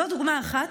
זאת דוגמה אחת,